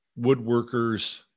Woodworkers